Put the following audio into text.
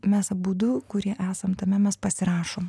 mes abudu kurie esam tame mes pasirašom